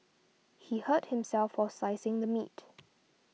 he hurt himself while slicing the meat